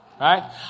Right